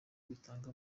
bitanga